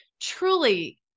truly